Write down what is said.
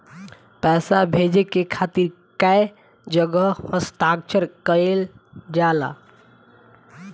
पैसा भेजे के खातिर कै जगह हस्ताक्षर कैइल जाला?